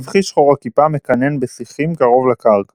הסבכי שחור הכיפה מקנן בשיחים, קרוב לקרקע.